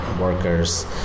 workers